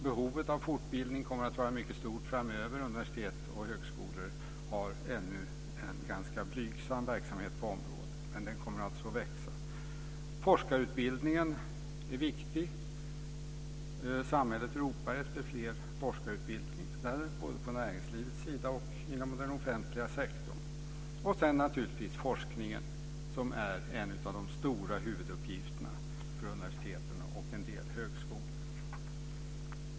Behovet av fortbildning kommer att vara mycket stort framöver. Universitet och högskolor har ännu ganska blygsam verksamhet på området, men den kommer alltså att växa. Forskarutbildningen är viktig. Samhället ropar efter fler forskarutbildade både på näringslivets sida och inom den offentliga sektorn. Sedan är det naturligtvis forskningen, som är en av de stora huvuduppgifterna för universiteten och en del högskolor.